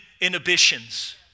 inhibitions